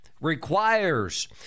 requires